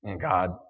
God